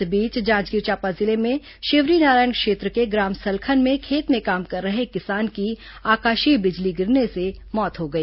इस बीच जांजगीर चांपा जिले में शिवरीनारायण क्षेत्र के ग्राम सलखन में खेत में काम कर रहे एक किसान की आकाशीय बिजली गिरने से मौत हो गई